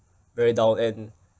very down and